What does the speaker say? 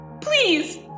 please